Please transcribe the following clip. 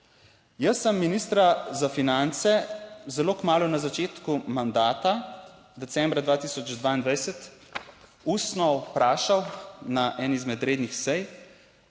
Jaz sem ministra za finance zelo kmalu na začetku mandata, decembra 2022 ustno vprašal na eni izmed rednih sej,